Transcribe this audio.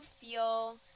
feel